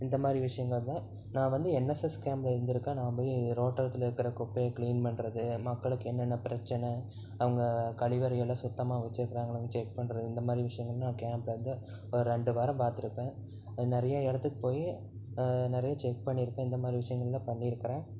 இந்த மாதிரி விஷயங்கள் தான் நான் வந்து என்எஸ்எஸ் கேம்ப்பில் இருந்துருக்கேன் நான் போய் ரோட்டோரத்தில் இருக்கிற குப்பையை க்ளீன் பண்ணுறது மக்களுக்கு என்னென்ன பிரச்சனை அவங்க கழிவறை எல்லாம் சுத்தமாக வச்சிருக்குறாங்களான்னு செக் பண்ணுறது இந்த மாதிரி விஷயங்கள் நான் கேம்ப்பில் வந்து ஒரு ரெண்டு வாரம் பார்த்துருப்பேன் அது நிறைய இடத்துக்குப் போய் நிறைய செக் பண்ணிருப்பேன் இந்த மாதிரி விஷயங்கள்லாம் பண்ணிருக்கிறேன்